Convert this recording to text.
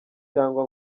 cyangwa